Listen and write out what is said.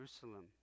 Jerusalem